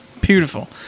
Beautiful